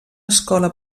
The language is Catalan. escola